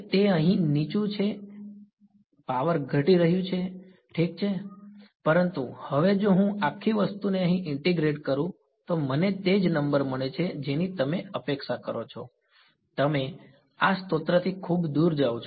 તેથી અહીં તે નીચું છે તે અહીં પણ નીચું છે પાવર ઘટી રહ્યું છે તે ઠીક છે પરંતુ હવે જો હું આ આખી વસ્તુને અહીં ઇન્ટીગ્રેટ કરું તો મને તે જ નંબર મળે છે જેની તમે અપેક્ષા કરો છો તમે આ સ્રોતથી ખૂબ દૂર જાઓ છો